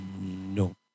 No